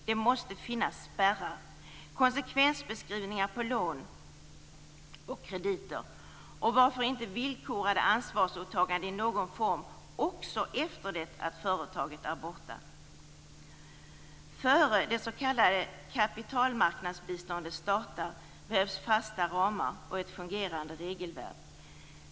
Det måste finnas spärrar, konsekvensbeskrivningar på lån och krediter och varför inte villkorade ansvarsåtaganden i någon form också efter det att företaget är borta. Innan det s.k. kapitalmarknadsbiståndet startar behövs fasta ramar och ett fungerande regelverk.